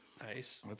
Nice